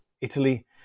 Italy